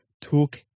Took